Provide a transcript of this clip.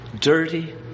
dirty